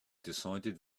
decided